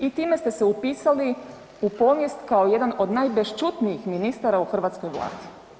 I time ste se upisali u povijest kao jedan od najbešćutnijih ministara u hrvatskoj Vladi.